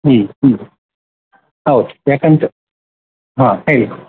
ಹ್ಞೂ ಹ್ಞೂ ಹೌದು ಯಾಕಂತ ಹಾಂ ಹೇಳಿ